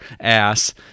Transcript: ass